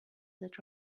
that